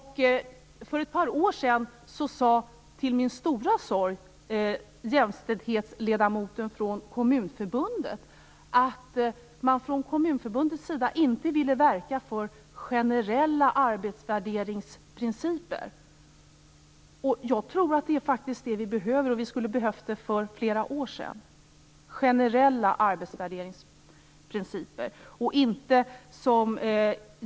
För ett par år sedan sade jämställdhetsledamoten från Kommunförbundet till min stora sorg att Kommunförbundet inte vill verka för generella arbetsvärderingsprinciper. Jag tror att vi faktiskt behöver det, och att vi skulle behövt det för flera år sedan.